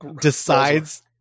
decides